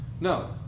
No